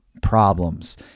Problems